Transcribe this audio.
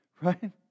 Right